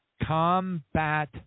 combat